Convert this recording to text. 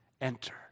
Enter